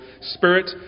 spirit